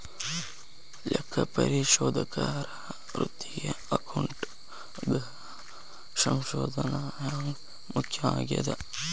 ಲೆಕ್ಕಪರಿಶೋಧಕರ ವೃತ್ತಿಗೆ ಅಕೌಂಟಿಂಗ್ ಸಂಶೋಧನ ಹ್ಯಾಂಗ್ ಮುಖ್ಯ ಆಗೇದ?